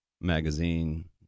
magazine